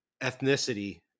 ethnicity